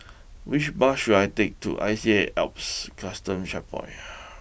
which bus should I take to I C A Alps Custom Checkpoint